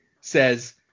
says